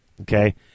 okay